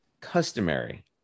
customary